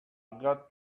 got